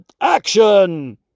action